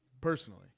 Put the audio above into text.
personally